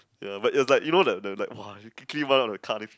ya it was like you know the the like you quickly ran off the car then